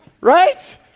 right